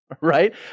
Right